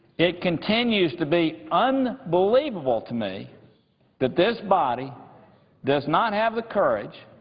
it continues to be unbelievable to me that this body does not have the courage,